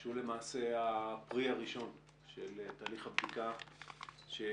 שהוא למעשה הפרי הראשון של תהליך הבדיקה של